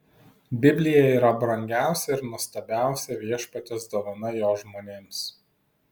biblija yra brangiausia ir nuostabiausia viešpaties dovana jo žmonėms